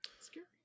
scary